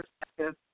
perspective